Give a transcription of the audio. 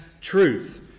truth